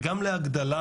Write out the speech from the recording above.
וגם להגדלה,